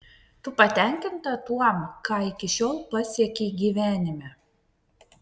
tu patenkinta tuom ką iki šiol pasiekei gyvenime